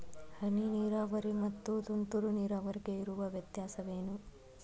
ಹನಿ ನೀರಾವರಿ ಮತ್ತು ತುಂತುರು ನೀರಾವರಿಗೆ ಇರುವ ವ್ಯತ್ಯಾಸವೇನು?